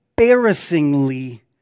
Embarrassingly